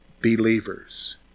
believers